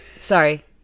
Sorry